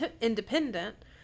independent